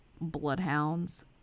bloodhounds